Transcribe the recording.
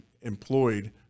employed